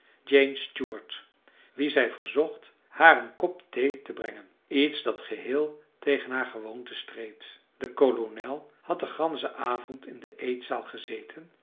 jane stewart wie zij verzocht haar een kop thee te brengen iets dat geheel tegen haar gewoonte streed de kolonel had den ganschen avond in de eetzaal gezeten